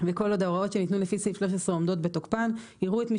וכל עוד ההוראות שניתנו לפי סעיף 13 עומדות בתוקפן יראו את מי